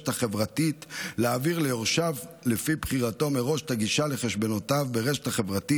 החברתית להעביר ליורשיו לפי בחירתו מראש את הגישה לחשבונותיו ברשת החברתית,